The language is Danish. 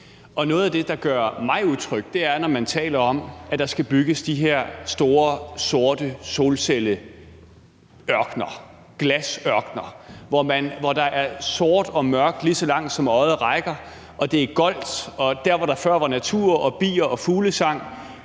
Og noget af det, der gør mig utryg, er, når man taler om, at der skal bygges de her store, sorte solcelleørkner, glasørkner, hvor der er sort og mørkt, lige så langt øjet rækker, og det er goldt, og der, hvor der før var natur og bier og fuglesang,